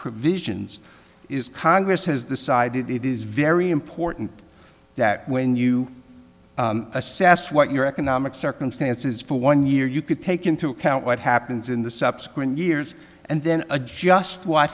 provisions is congress has the sided it is very important that when you assess what your economic circumstances for one year you could take into account what happens in the subsequent years and then adjust what